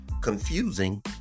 confusing